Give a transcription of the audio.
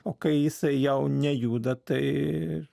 o kai jisai jau nejuda tai